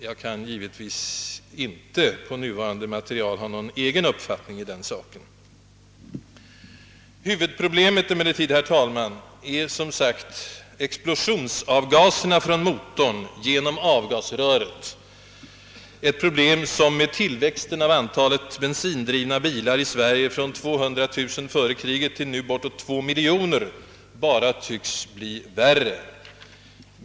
Jag kan givetvis inte på grundval av endast nu tillgängligt material ha någon egen uppfattning i den saken. Huvudprobemet är emellertid som sagt explosionsavgaserna från motorn genom avgasröret, ett problem som med ökningen av antalet bensindrivna bilar i Sverige från 200 000 före kriget till bortåt 2 miljoner bara tycks bli värre.